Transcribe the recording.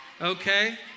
okay